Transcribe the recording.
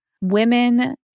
women